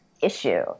issue